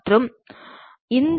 D